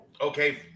okay